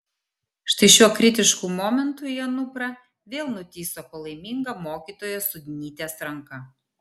štai šiuo kritišku momentu į anuprą vėl nutįso palaiminga mokytojos sudnytės ranka